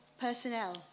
personnel